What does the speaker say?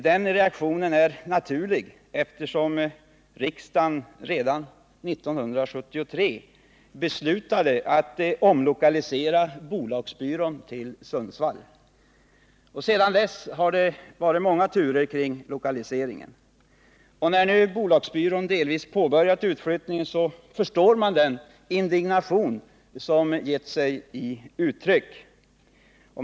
Den reaktionen är naturlig, eftersom riksdagen redan 1973 beslutade att omlokalisera bolagsbyrån till Sundsvall. Sedan dess har det varit många turer kring lokaliseringen. Nu har bolagsbyrån delvis påbörjat utflyttningen, och då kan man förstå den indignation som kommit till uttryck.